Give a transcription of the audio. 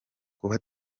kuba